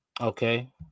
okay